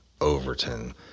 Overton